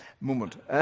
moment